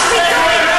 חופש ביטוי?